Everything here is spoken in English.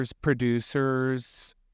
producers